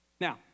Now